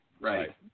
right